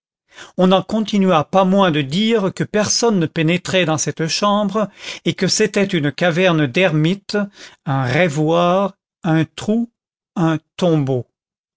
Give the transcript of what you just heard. on n'en continua pas moins de dire que personne ne pénétrait dans cette chambre et que c'était une caverne d'ermite un rêvoir un trou un tombeau